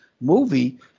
movie